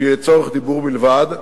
שהיא לצורך דיבור בלבד.